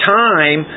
time